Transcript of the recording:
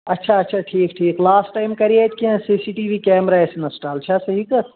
اچھا اچھا ٹھیٖک ٹھیٖک لاسٹ ٹایم کرے اتہِ کینہہ C C T V camera اسہِ انسٹال چھےٚ صحیح کتھ